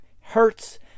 hurts